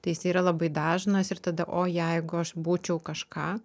tai jisai yra labai dažnas ir tada o jeigu aš būčiau kažką